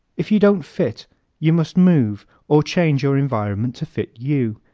if you don't fit you must move or change your environment to fit you.